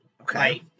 Okay